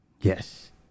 yes